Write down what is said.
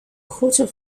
quarter